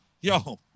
yo